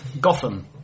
Gotham